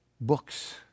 books